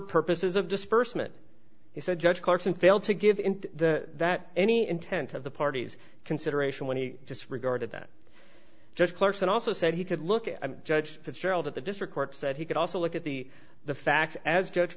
purposes of disbursement he said judge clarkson failed to give in to that any intent of the parties consideration when he just regarded that just clerks and also said he could look at judge fitzgerald at the district court said he could also look at the the facts as judge